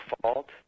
fault